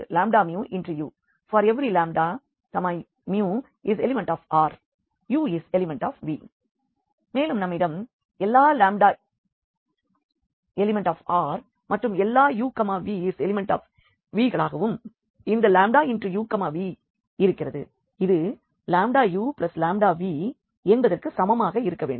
uλμu∀λμ∈Ru∈V மேலும் நம்மிடம் எல்லா ∈R மற்றும் எல்லா uv∈Vகளாகவும் இந்த uv இருக்கிறது அது uλv என்பதிற்கு சமமாக இருக்க வேண்டும்